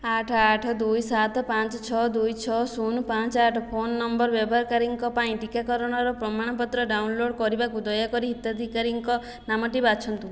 ଆଠ ଆଠ ଦୁଇ ସାତ ପାଞ୍ଚ ଛଅ ଦୁଇ ଛଅ ଶୂନ ପାଞ୍ଚ ଆଠ ଫୋନ ନମ୍ବର ବ୍ୟବହାରକାରୀଙ୍କ ପାଇଁ ଟିକାକରଣର ପ୍ରମାଣପତ୍ର ଡାଉନଲୋଡ଼୍ କରିବାକୁ ଦୟାକରି ହିତାଧିକାରୀଙ୍କ ନାମଟି ବାଛନ୍ତୁ